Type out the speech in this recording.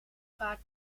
vaart